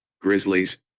Grizzlies